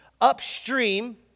upstream